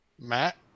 Matt